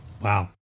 Wow